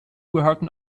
gehörten